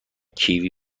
کیوی